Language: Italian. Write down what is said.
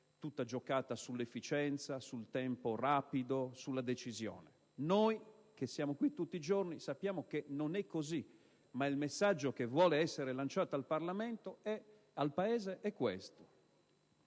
tutta giocata sull'efficienza, sul tempo rapido, sulla decisione. Noi che stiamo qui tutti giorni sappiamo che non è così, ma il messaggio che si vuole lanciare al Paese è questo.